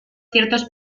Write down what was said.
ciertos